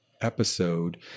episode